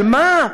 על מה?